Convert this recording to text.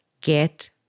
Get